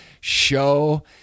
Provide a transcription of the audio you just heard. show